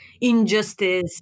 injustice